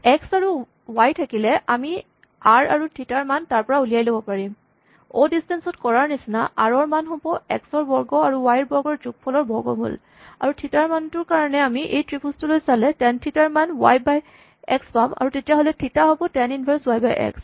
x আৰু y থাকিলে আমি আৰ আৰু থিতা ৰ মান তাৰপৰা উলিয়াই ল'ব পাৰিম অ' ডিচটেন্স ত কৰাৰ নিচিনা আৰ ৰ মান হ'ব এক্স ৰ বৰ্গ আৰু ৱাই ৰ বৰ্গৰ যোগফলৰ বৰ্গমূল আৰু থিতা ৰ মানটোৰ কাৰণে আমি এই ত্ৰিভুজটোলৈ চালে টেন থিতা ৰ মান ৱাই বাই এক্স পাম আৰু তেতিয়াহ'লে থিতা হ'ব tan inverse y by x